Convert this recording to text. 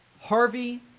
Harvey